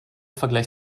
vergleich